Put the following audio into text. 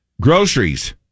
Groceries